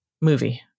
movie